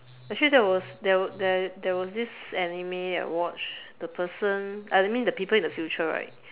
actually that was there were there there was this anime I watch the person uh I mean the people in the future right